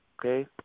okay